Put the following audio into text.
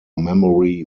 memory